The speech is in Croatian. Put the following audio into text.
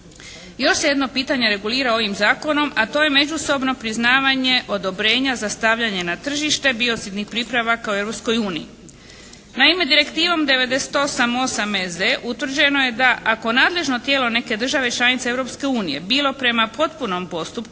Još se jedno pitanje regulira ovim zakonom, a to je međusobno priznavanje odobrenja za stavljanje na tržište biocidnih pripravaka u Europskoj uniji. Naime, direktivom 98/8EZ utvrđeno je da ako nadležno tijelo neke države članice Europske unije bilo prema potpunom postupku